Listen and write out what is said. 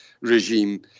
regime